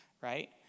right